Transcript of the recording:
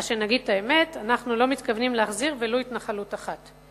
אז שנגיד את האמת: אנחנו לא מתכוונים להחזיר ולו התנחלות אחת.